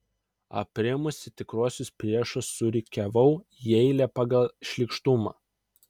aprimusi tikruosius priešus surikiavau į eilę pagal šlykštumą